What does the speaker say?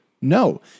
No